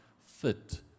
fit